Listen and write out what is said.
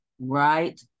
Right